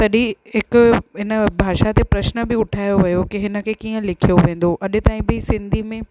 तॾहिं हिकु इन जो भाषा ते प्रशन बि उठायो वियो की हिन खे कीअं लिखियो वेंदो अॼ ताईं बि सिंधी में